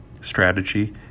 strategy